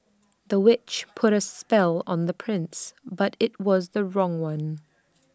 the witch put A spell on the prince but IT was the wrong one